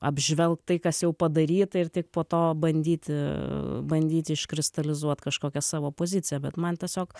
apžvelgt tai kas jau padaryta ir tik po to bandyti bandyti iškristalizuot kažkokią savo poziciją bet man tiesiog